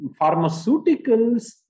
pharmaceuticals